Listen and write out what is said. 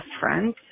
friends